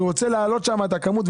אני רוצה להעלות שם את הכמות,